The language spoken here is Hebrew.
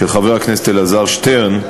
של חבר הכנסת אלעזר שטרן,